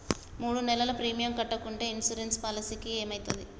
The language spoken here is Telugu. మూడు నెలలు ప్రీమియం కట్టకుంటే ఇన్సూరెన్స్ పాలసీకి ఏమైతది?